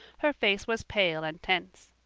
her face was pale and tense.